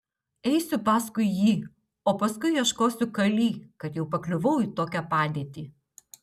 eisiu paskui jį o paskui ieškosiu kali kad jau pakliuvau į tokią padėtį